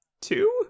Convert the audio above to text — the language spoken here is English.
two